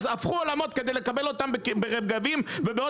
הפכו עולמות כדי לקבל אותם ברגבים ובעוד